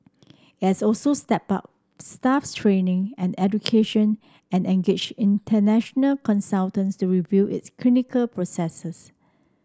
it has also stepped up staff training and education and engaged international consultants to review its clinical processes